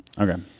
Okay